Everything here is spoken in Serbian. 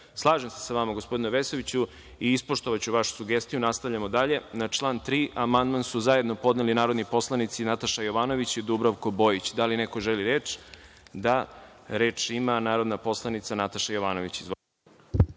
se sa vama, gospodine Vesoviću, i ispoštovaću vašu sugestiju. Nastavljamo dalje. Na član 3. amandman su zajedno podneli narodni poslanici Nataša Jovanović i Dubravko Bojić. Da li neko želi reč? (Da)Reč ima narodna poslanica Nataša Jovanović.